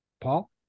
Paul